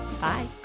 Bye